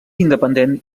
independent